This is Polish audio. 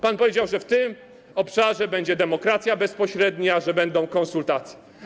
Pan powiedział, że w tym obszarze będzie demokracja bezpośrednia, że będą konsultacje.